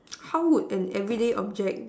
how would an everyday object